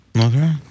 Okay